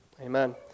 Amen